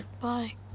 Bye